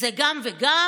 זה גם וגם?